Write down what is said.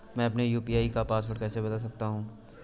मैं अपने यू.पी.आई का पासवर्ड कैसे बदल सकता हूँ?